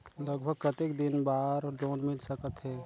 लगभग कतेक दिन बार लोन मिल सकत हे?